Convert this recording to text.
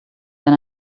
than